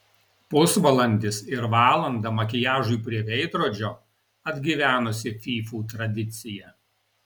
pusvalandis ir valanda makiažui prie veidrodžio atgyvenusi fyfų tradicija